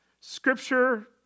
Scripture